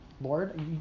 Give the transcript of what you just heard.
Lord